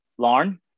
Lauren